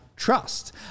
Trust